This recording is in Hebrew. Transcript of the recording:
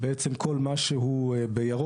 בעצם כל מה שהוא בירוק,